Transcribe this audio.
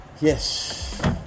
Yes